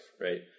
right